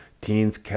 teens